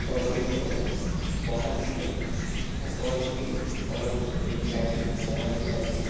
স্বৰ্গদেউসকলে বহাগ বিহুত ওপৰত বহি তলত বিহু চাইছিল ম'হযুঁজ চাইছিল